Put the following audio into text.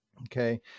Okay